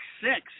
six